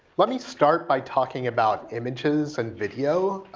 let me start by talking about images and video.